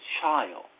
child